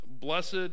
Blessed